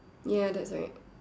ya that's right